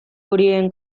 horien